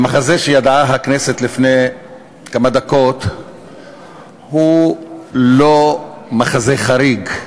המחזה שידעה הכנסת לפני כמה דקות הוא לא מחזה חריג.